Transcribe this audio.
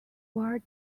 were